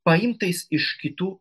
paimtais iš kitų